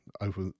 over